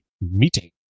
meeting